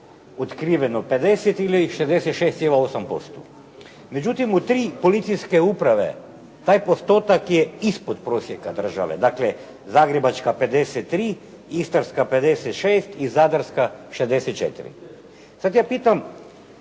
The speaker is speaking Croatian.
otkriveno 50 ili 66,8%. Međutim u tri policijske uprave taj postotak je ispod prosjeka države, dakle Zagrebačka 53, Istarska 56 i Zadarska 64. Sada ja pitam,